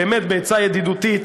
באמת בעצה ידידותית,